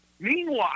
Meanwhile